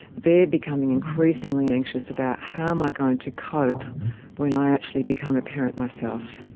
they are becoming increasingly anxious about how am i going to cope when i actually become a parent myself?